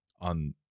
on